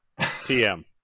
TM